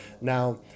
Now